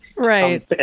Right